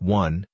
one